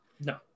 No